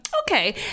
okay